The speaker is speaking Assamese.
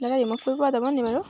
দাদা ৰিমভ কৰিব পৰা যাবনি বাৰু